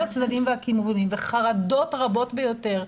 הצדדים והכיוונים וחרדות רבות ביותר.